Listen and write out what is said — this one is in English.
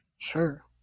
Sure